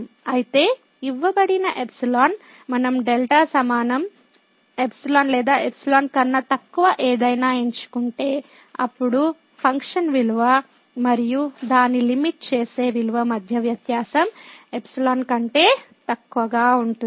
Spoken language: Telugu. అయితే ఇవ్వబడిన ϵ మనం δ సమానం ϵ లేదా ϵ కన్నా తక్కువ ఏదైనా ఎంచుకుంటే అప్పుడు ఫంక్షన్ విలువ మరియు దాని లిమిట్ చేసే విలువ మధ్య వ్యత్యాసం ϵ కంటే తక్కువగా ఉంటుంది